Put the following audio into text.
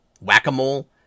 whack-a-mole